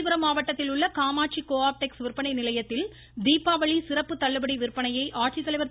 காஞ்சிபுரம் மாவட்டத்திலுள்ள காமாட்சி கோ ஆப்டெக்ஸ் விற்பனை நிலையத்தில் தீபாவளி சிறப்பு தள்ளுபடி விற்பனையை ஆட்சித்தலைவர் திரு